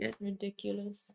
ridiculous